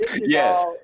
Yes